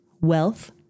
wealth